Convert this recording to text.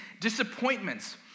disappointments